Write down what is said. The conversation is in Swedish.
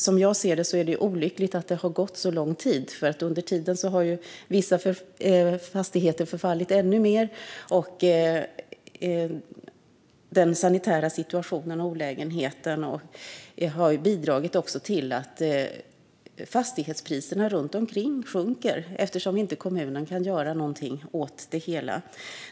Som jag ser det är det olyckligt att det har gått så lång tid, för under tiden har vissa fastigheter förfallit ännu mer. Den sanitära situationen och olägenheten har också bidragit till att fastighetspriserna runt omkring sjunker, eftersom kommunen inte kan göra någonting åt det hela.